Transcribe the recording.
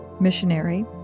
missionary